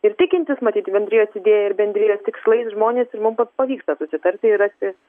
ir tikintys matyt bendrijos idėja ir bendrijos tikslais žmonės ir mum pa pavyksta susitarti ir rasti